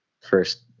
first